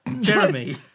Jeremy